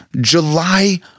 July